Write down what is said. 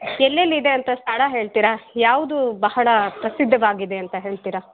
ಎಲ್ಲೆಲ್ಲಿ ಇದೆ ಅಂತ ಸ್ಥಳ ಹೇಳ್ತೀರಾ ಯಾವುದು ಬಹಳ ಪ್ರಸಿದ್ಧವಾಗಿದೆ ಅಂತ ಹೇಳ್ತೀರಾ